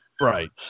Right